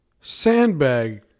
sandbag